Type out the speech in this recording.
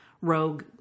rogue